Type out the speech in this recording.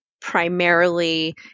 primarily